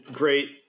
great